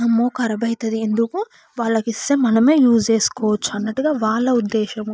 అమ్మో ఖరాబ్ అవుతుంది ఎందుకు వాళ్ళకు ఇస్తే మనమే యూస్ చేసుకోవచ్చు అన్నట్టుగా వాళ్ళ ఉద్దేశము